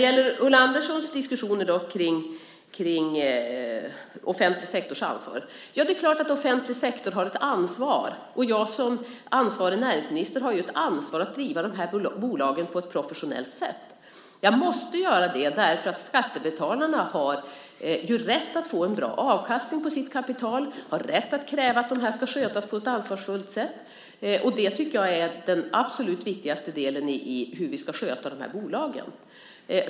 Ulla Andersson diskuterar den offentliga sektorns ansvar. Det är klart att offentlig sektor har ett ansvar. Jag som ansvarig näringsminister har ett ansvar att driva bolagen på ett professionellt sätt. Jag måste göra det därför att skattebetalarna har rätt att få en bra avkastning på sitt kapital och har rätt att kräva att bolagen ska skötas på ett ansvarsfullt sätt. Det tycker jag är den absolut viktigaste delen i hur vi ska sköta bolagen.